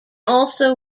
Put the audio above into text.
also